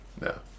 No